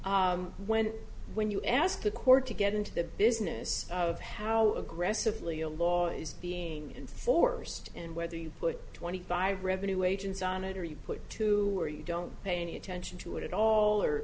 when when you ask the court to get into the business of how aggressively a law is being enforced and whether you put twenty five revenue agents on it or you put two you don't pay any attention to it at all or